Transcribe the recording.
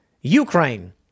Ukraine